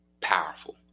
Powerful